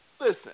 Listen